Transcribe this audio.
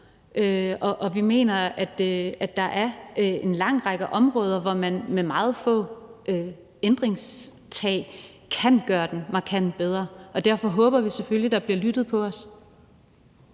og vi mener, at der er en lang række områder, hvor man med meget få ændringer kan gøre det markant bedre. Og derfor håber vi selvfølgelig, at der bliver lyttet til os.